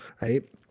Right